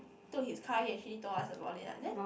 took his car he actually told us about it ah then